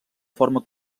forma